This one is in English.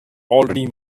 already